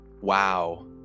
wow